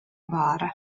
баара